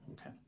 Okay